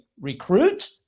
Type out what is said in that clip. recruit